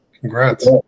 Congrats